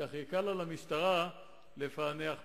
כך יקל על המשטרה לפענח פשיעה,